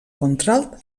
contralt